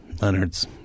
Leonard's